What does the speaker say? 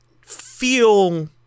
feel